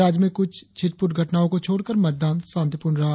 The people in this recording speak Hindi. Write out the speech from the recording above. राज्य में कुछ छिटपुट घटनाओं को छोड़कर मतदान शांतिपूर्ण रहा